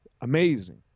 Amazing